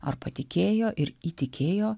ar patikėjo ir įtikėjo